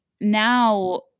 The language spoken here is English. now